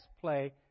play